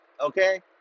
Okay